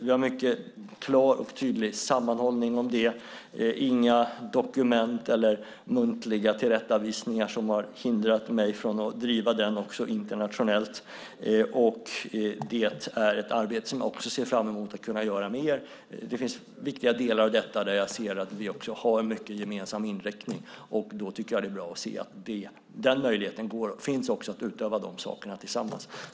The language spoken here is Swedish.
Vi har en mycket klar och tydlig sammanhållning om det. Det är inga dokument eller muntliga tillrättavisningar som har hindrat mig från att driva detta också internationellt. Det är ett arbete som jag också ser fram emot att kunna göra med er. Det finns viktiga delar i detta där jag ser att vi har en gemensam inriktning. Då tycker jag att det är bra att se att möjligheten finns att göra dessa saker tillsammans.